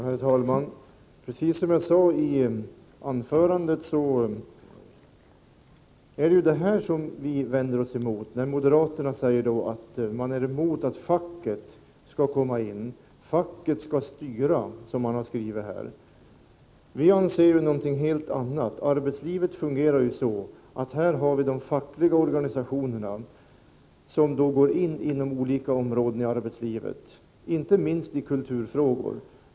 Herr talman! Precis som jag sade i mitt föregående anförande är det detta som vi vänder oss mot — att moderaterna säger att man är emot att facket skall komma in, att ”facket skall styra” som man har skrivit här. Vi anser någonting helt annat. Det fungerar ju så, att de fackliga organisationerna går in på olika områden i arbetslivet, inte minst i kulturfrågor.